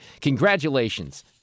Congratulations